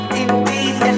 indeed